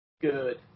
Good